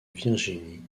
virginie